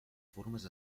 formes